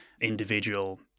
individual